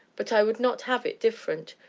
but i would not have it different.